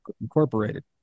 Incorporated